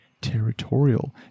territorial